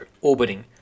orbiting